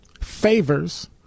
favors